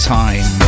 time